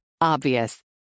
Obvious